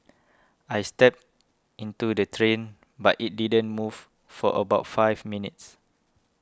I stepped into the strain but it didn't move for about five minutes